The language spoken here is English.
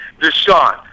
Deshaun